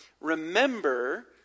remember